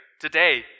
Today